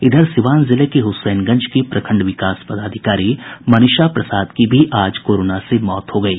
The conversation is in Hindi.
इधर सीवान जिले के हुसैनगंज की प्रखंड विकास पदाधिकारी मनीषा प्रसाद की भी आज कोरोना से मौत हो गयी